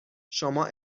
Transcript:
شما